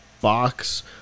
box